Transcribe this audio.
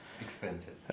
Expensive